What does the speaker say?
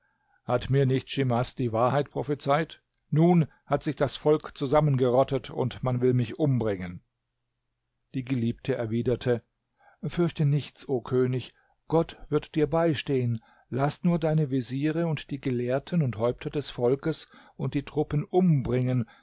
hat mir nicht schimas die wahrheit prophezeit nun hat sich das volk zusammengerottet und man will mich umbringen die geliebte erwiderte fürchte nichts o könig gott wird dir beistehen laß nur deine veziere und die gelehrten und häupter des volkes und der truppen umbringen